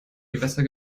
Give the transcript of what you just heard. gewässer